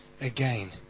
again